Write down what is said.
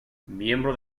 miembro